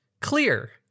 clear